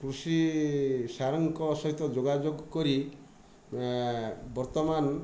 କୃଷି ସାର୍ଙ୍କ ସହିତ ଯୋଗାଯୋଗ କରି ବର୍ତ୍ତମାନ